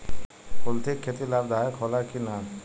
कुलथी के खेती लाभदायक होला कि न?